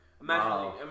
Imagine